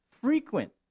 Frequent